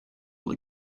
will